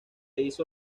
hizo